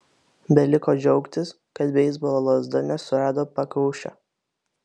beliko džiaugtis kad beisbolo lazda nesurado pakaušio